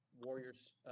warriors